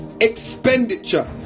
expenditure